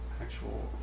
Actual